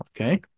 Okay